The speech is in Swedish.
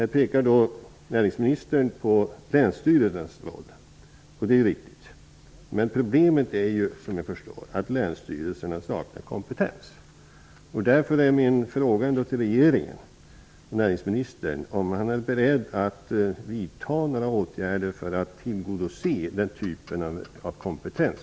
Näringsministern pekar här på länsstyrelsens roll, och det är viktigt. Men problemet är att länsstyrelserna saknar kompetens.